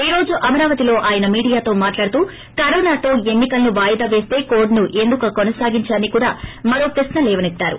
ఈ రోజు అమరావతిలో ఆయన మీడియాతో మాట్లాడుతూ కరోనాతో ఎన్ని కలను వాయిదా పేస్త కోడ్ను ఎందుకు కొనసాగించారని కూడా మరో ప్రశ్న లేవనెత్తారు